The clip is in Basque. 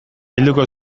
bilduko